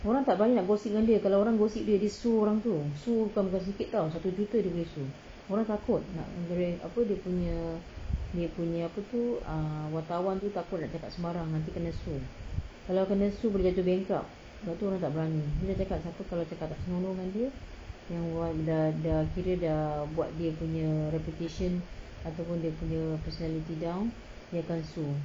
orang tak berani nak gossip dengan dia kalau orang gossip dia sue orang tu sue bukan sikit [tau] satu juta dia boleh sue orang takut nak apa dia punya dia punya apa tu ah wartawan tu takut nak cakap sembarang nanti kena sue kalau kena sue boleh jatuh bankrupt sebab tu orang tak berani dia dah cakap siapa kalau cakap tak senonoh dengan dia yang orang laki dia dah buat dia punya reputation ataupun dia punya personality down dia akan sue